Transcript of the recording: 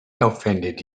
offended